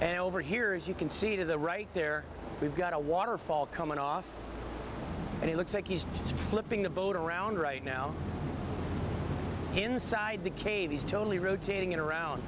right over here as you can see to the right there we've got a waterfall coming off and it looks like he's just flipping the boat around right now inside the cave he's totally rotating around